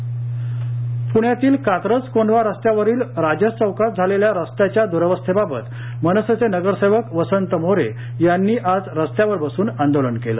वसंत मोरे पुण्यातील कात्रज कोंढवा रस्त्यावरील राजस चौकात झालेल्या रस्त्याच्या दुरवस्थेबाबत मनसेचे नगरसेवक वसंत मोरे यांनी आज रस्त्यावर बसून आंदोलन केलं